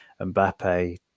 Mbappe